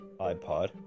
iPod